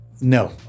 No